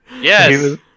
Yes